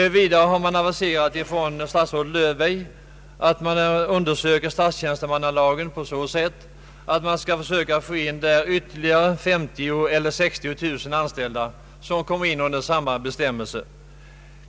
Statsrådet Löfberg har aviserat att det pågår en undersökning om ändring av statstjänstemannalagen i syfte att där försöka få in ytterligare 50 000—60 600 anställda inom samma bestämmelser.